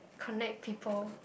connect people